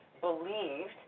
believed